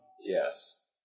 Yes